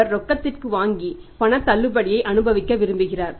அவர் ரொக்கத்திற்கு வாங்கி பண தள்ளுபடியை அனுபவிக்க விரும்புகிறார்